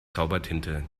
zaubertinte